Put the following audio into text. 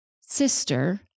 sister